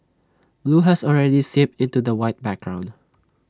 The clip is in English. blue has already seeped into the white background